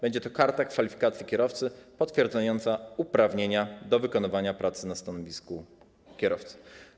Będzie to karta kwalifikacji kierowcy potwierdzająca uprawnienia do wykonywania pracy na stanowisku kierowcy.